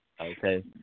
Okay